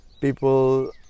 people